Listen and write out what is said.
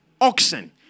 oxen